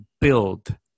build